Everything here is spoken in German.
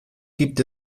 gibt